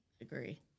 agree